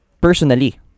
Personally